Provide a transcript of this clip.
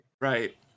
Right